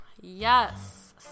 yes